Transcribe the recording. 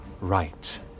right